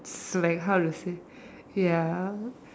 is like how to say ya